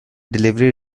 delivery